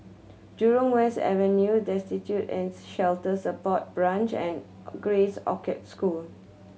Jurong West Avenue Destitute and Shelter Support Branch and Grace Orchard School